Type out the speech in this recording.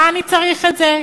מה אני צריך את זה?